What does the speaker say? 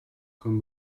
comme